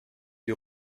die